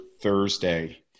Thursday